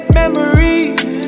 memories